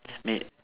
may